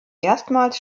erstmals